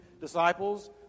disciples